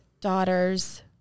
daughter's